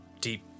deep